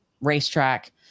racetrack